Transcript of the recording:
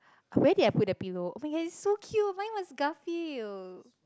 where did I put the pillow oh-my-god it's so cute mine was Garfield